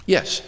Yes